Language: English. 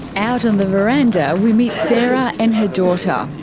out on the veranda we meet sarah and her daughter.